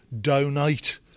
donate